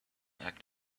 act